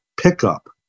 pickup